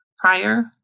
prior